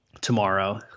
tomorrow